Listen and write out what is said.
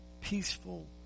peaceful